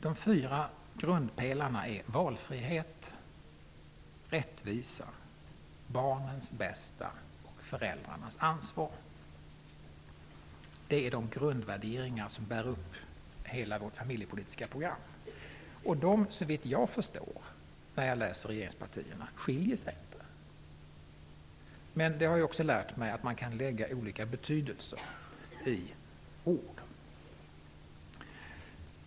De fyra grundpelarna är valfrihet, rättvisa, barnets bästa och föräldrarnas ansvar. Det är de grundvärderingar som bär upp hela vårt familjepolitiska program. När jag läser regeringspartiernas familjepolitiska program finner jag inte att deras grundvärderingar skiljer sig från våra, men jag har lärt mig att man kan lägga in olika betydelser i ord.